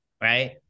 right